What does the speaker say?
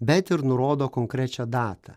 bet ir nurodo konkrečią datą